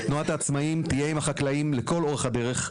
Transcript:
תנועת העצמאים תהיה עם החקלאים לכל אורך הדרך.